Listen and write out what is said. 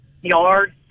yard